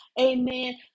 Amen